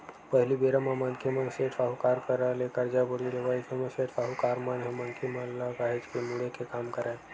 पहिली बेरा म मनखे मन सेठ, साहूकार करा ले करजा बोड़ी लेवय अइसन म सेठ, साहूकार मन ह मनखे मन ल काहेच के मुड़े के काम करय